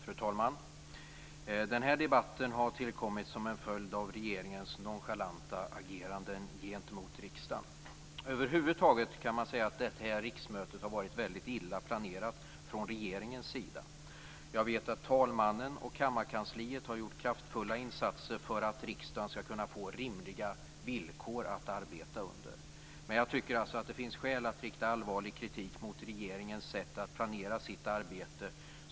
Fru talman! Den här debatten har tillkommit som en följd av regeringens nonchalanta agerande gentemot riksdagen. Över huvud taget man kan säga att det här riksmötet har varit väldigt illa planerat från regeringens sida. Jag vet att talmannen och kammarkansliet har gjort kraftfulla insatser för att riksdagen skall kunna få rimliga villkor att arbeta under. Men jag tycker alltså att det finns skäl att rikta allvarlig kritik mot regeringens sätt att planera sitt arbete.